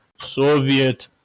Soviet